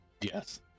Yes